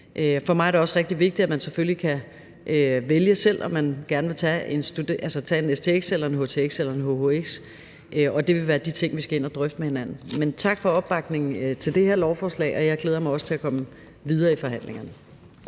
For mig er det også rigtig vigtigt, at man selvfølgelig selv kan vælge, om man gerne vil tage en stx eller en htx eller en hhx. Det vil være de ting, vi skal ind og drøfte med hinanden. Men tak for opbakningen til det her lovforslag, og jeg glæder mig også til at komme videre i forhandlingerne.